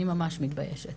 אני ממש מתביישת.